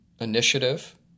initiative